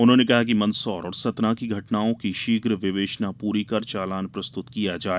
उन्होंने कहा कि मंदसौर और सतना की घटनाओं की शीघ्र विवेचना पूरी कर चालान प्रस्तुत किया जाए